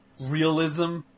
realism